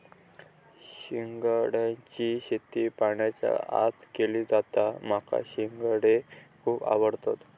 शिंगाड्याची शेती पाण्याच्या आत केली जाता माका शिंगाडे खुप आवडतत